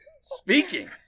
Speaking